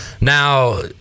Now